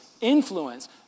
influence